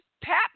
Pat